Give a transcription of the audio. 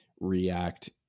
react